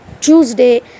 Tuesday